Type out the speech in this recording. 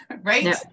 right